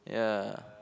ya